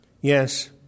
Yes